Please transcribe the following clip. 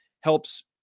helps